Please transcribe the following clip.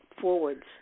forwards